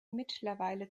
mittlerweile